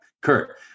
Kurt